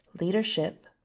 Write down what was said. leadership